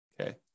okay